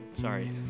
sorry